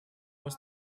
was